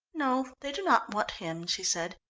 no, they do not want him, she said,